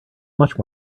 much